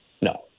no